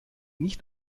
nicht